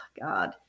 God